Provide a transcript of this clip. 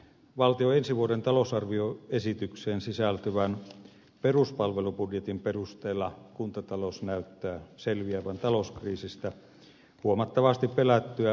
valtion ensi vuoden talousarvioesitykseen sisältyvän peruspalvelubudjetin perusteella kuntatalous näyttää selviävän talouskriisistä huomattavasti pelättyä pienemmin vaurioin